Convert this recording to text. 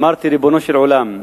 אמרתי: ריבונו של עולם,